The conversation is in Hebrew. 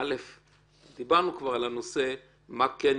כבר דיברנו על הנושא מה כן.